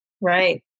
Right